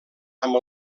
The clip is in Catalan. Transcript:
amb